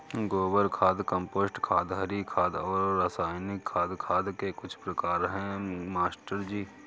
गोबर खाद कंपोस्ट खाद हरी खाद और रासायनिक खाद खाद के कुछ प्रकार है मास्टर जी